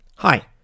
Hi